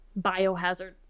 Biohazard